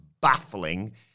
baffling